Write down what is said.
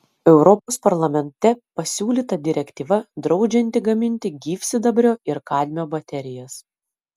europos parlamente pasiūlyta direktyva draudžianti gaminti gyvsidabrio ir kadmio baterijas